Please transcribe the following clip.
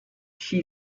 she